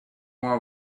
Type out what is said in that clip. more